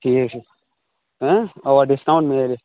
ٹھیٖک چھُ اَوا ڈسکاوُنٛٹ میلہِ